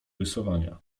rysowania